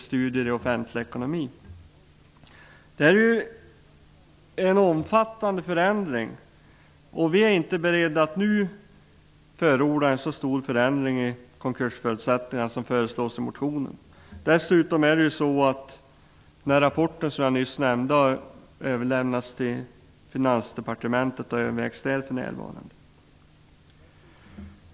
Vi är inte beredda att nu förorda en så stor förändring i konkursförutsättningarna som föreslås i motionen. Dessutom är det så att den rapport som jag nyss nämnde har överlämnats till Finansdepartementet och för närvarande övervägs där.